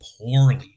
poorly